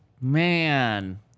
Man